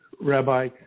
Rabbi